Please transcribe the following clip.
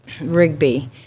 Rigby